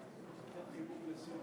אדוני השר,